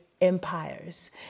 empires